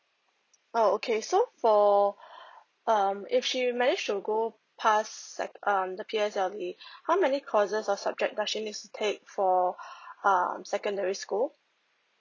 oh okay so for um if she manage to go pass like um the P_S_L_E how many courses or subject does she need to take for uh secondary school